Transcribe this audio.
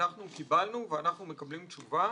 קיבלנו ואנחנו מקבלים תשובה